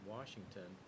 Washington